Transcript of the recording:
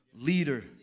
leader